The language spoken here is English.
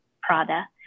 Prada